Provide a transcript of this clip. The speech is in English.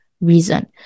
reason